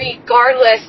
regardless